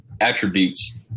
attributes